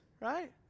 right